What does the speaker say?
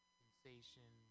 sensation